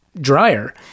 dryer